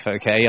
okay